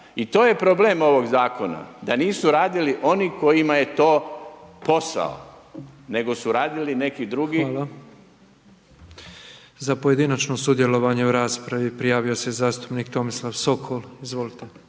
I to je problem ovog zakona da nisu radili oni kojima je to posao, nego su radili neki drugi. …/Upadica: Hvala./… **Petrov, Božo (MOST)** Za pojedinačno sudjelovanje u raspravi prijavio se zastupnik Tomislav Sokol. **Sokol,